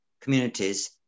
communities